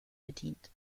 bedient